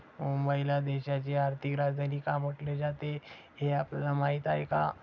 मुंबईला देशाची आर्थिक राजधानी का म्हटले जाते, हे आपल्याला माहीत आहे का?